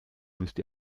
müsst